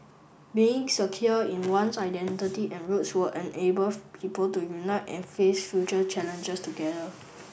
being secure in one's identity and roots will enable of people to unite and face future challenges together